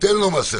תן לו מסכה.